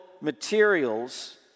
materials